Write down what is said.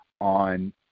on